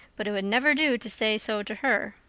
but it would never do to say so to her.